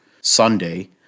Sunday